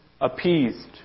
appeased